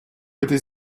этой